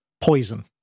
poison